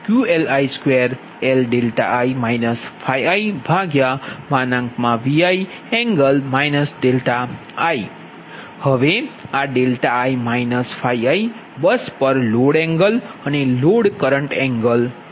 હવે આ i iબસ પર લોડ એંગલ અને લોડ કરંટ એંગલ છે